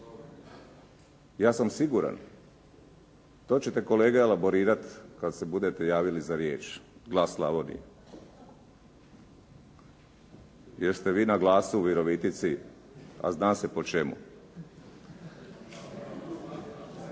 Ja sam siguran. To ćete kolega elaborirati kada se budete javili za riječ, glas Slavonije, jer ste vi na glasu u Virovitici, a zna se po čemu.